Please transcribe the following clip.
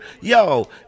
yo